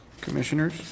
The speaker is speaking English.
commissioners